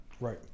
right